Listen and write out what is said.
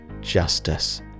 Justice